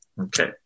Okay